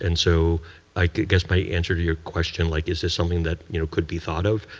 and so i guess my answer to your question, like, is this something that you know could be thought of?